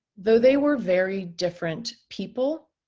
though they were very different people,